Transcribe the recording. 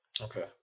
okay